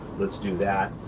let's do that,